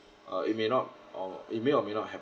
uh it may not or it may or may not have